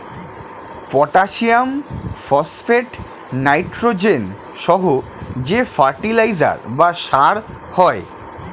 potassium, phosphate, nitrogen সহ যে fertiliser বা সার হয়